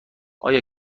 آیا